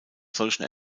solchen